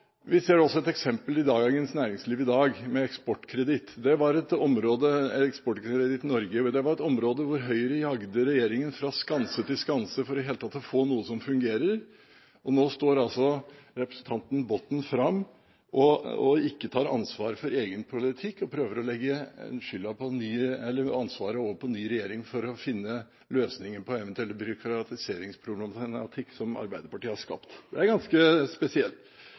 Vi ser også et eksempel i Dagens Næringsliv i dag, med eksportkreditt. Eksportkreditten i Norge var et område hvor Høyre jagde regjeringen fra skanse til skanse for i det hele tatt å få noe som fungerte. Nå står representanten Botten fram og tar ikke ansvar for egen politikk, men prøver å legge ansvaret over på en ny regjering for å finne løsningen på en eventuell byråkratiseringsproblematikk som Arbeiderpartiet har skapt. Det er ganske spesielt.